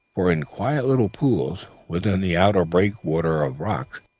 for in quiet little pools, within the outer breakwater of rocks,